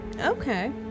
Okay